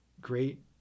great